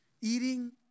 Eating